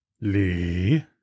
Lee